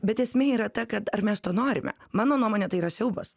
bet esmė yra ta kad ar mes to norime mano nuomone tai yra siaubas